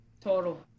Total